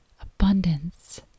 abundance